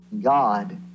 God